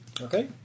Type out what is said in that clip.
Okay